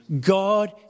God